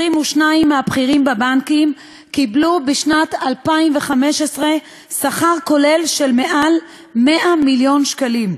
22 מהבכירים בבנקים קיבלו בשנת 2015 שכר כולל של מעל 100 מיליון שקלים,